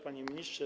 Panie Ministrze!